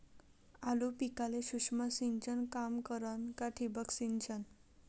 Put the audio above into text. आलू पिकाले सूक्ष्म सिंचन काम करन का ठिबक सिंचन?